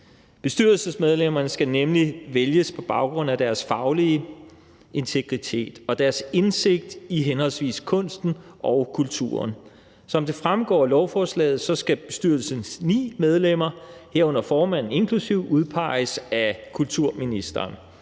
Bestyrelsesmedlemmerne skal nemlig vælges på baggrund af deres faglige integritet og deres indsigt i henholdsvis kunsten og kulturen. Som det fremgår af lovforslaget, skal bestyrelsens 9 medlemmer, inklusive formanden, udpeges af kulturministeren.